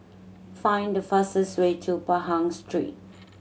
find the fastest way to Pahang Street